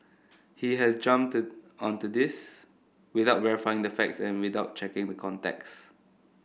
he has jumped did onto this without verifying the facts and without checking the contexts